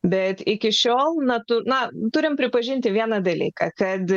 bet iki šiol na turime pripažinti vieną dalyką kad